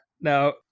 Now